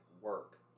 work